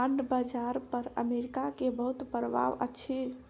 bond बाजार पर America के बहुत प्रभाव अछि